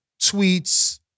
tweets